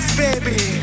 baby